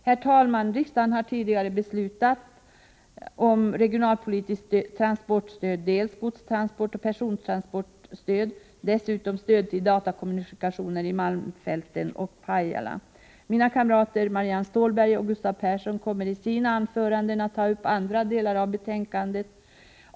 Herr talman! Riksdagen har tidigare beslutat om regionalpolitiskt stöd till transport, godsoch persontransportstöd samt stöd till datakommunikation i malmfälten och Pajala. Mina partikamrater Marianne Stålberg och Gustav Persson kommer att i sina anföranden ta upp andra delar av betänkandet.